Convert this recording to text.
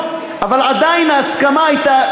אבל עדיין ההסכמה הייתה,